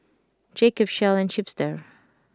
Jacob's Shell and Chipster